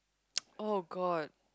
oh god